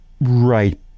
right